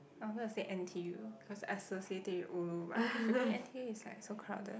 I wanted to say n_t_u cause Esther say ulu what freaking n_t_u is like so crowded